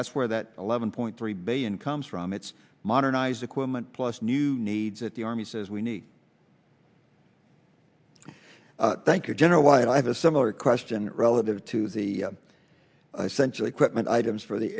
that's where that eleven point three billion comes from it's modernized equipment plus new needs that the army says we need thank you gen y i have a similar question relative to the essential equipment items for the